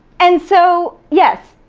and so, yes,